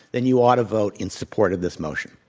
then you ought to vote in support of this motion.